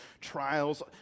trials